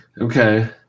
Okay